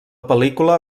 pel·lícula